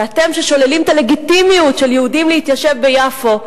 ואתם ששוללים את הלגיטימיות של יהודים להתיישב ביפו,